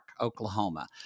Oklahoma